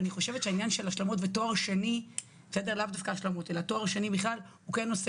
ואני חושבת שהעניין של השלמות ותואר שני בכלל הוא כן נושא